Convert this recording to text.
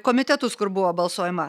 komitetus kur buvo balsuojama